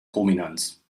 chrominanz